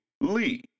Lee